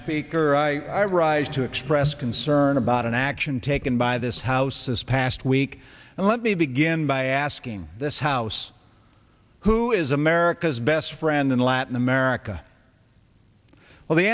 speaker i rise to express concern about an action taken by this house this past week and let me begin by asking this house who is america's best friend in latin america all the